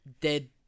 dead